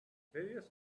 various